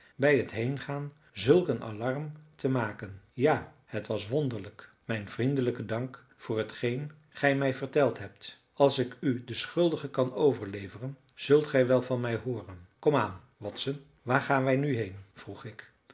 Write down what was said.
bij het heengaan zulk een alarm te maken ja het was wonderlijk mijn vriendelijken dank voor hetgeen gij mij verteld hebt als ik u den schuldige kan overleveren zult gij wel van mij hooren komaan watson waar gaan wij nu heen vroeg ik